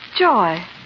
Joy